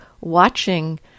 watching